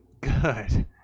good